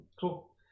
Cool